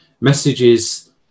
messages